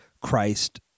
Christ